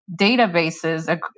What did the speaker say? databases